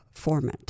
formant